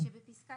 שבפסקה